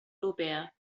europea